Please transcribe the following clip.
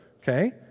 okay